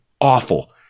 awful